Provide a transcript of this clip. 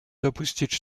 допустить